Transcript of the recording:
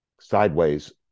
sideways